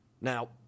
Now